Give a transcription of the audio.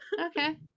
okay